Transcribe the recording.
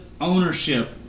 ownership